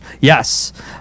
Yes